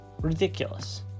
Ridiculous